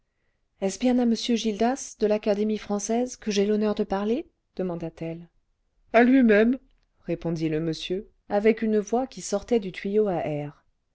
est-ce bien à m gildas de l'académie française que j'ai l'honneur cle parler demanda-t-elle a lui-même répondit le monsieur avec une voix qui sortait du tuyau à air